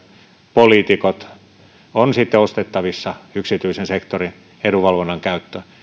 poliitikot ovat sitten ostettavissa yksityisen sektorin edunvalvonnan käyttöön